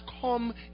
come